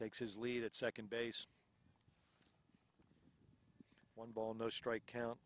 takes his lead at second base one ball no strike count